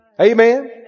Amen